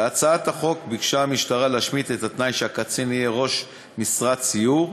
בהצעת החוק ביקשה המשטרה להשמיט את התנאי שהקצין יהיה ראש משרד סיור,